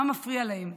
מה מפריע להן.